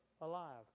alive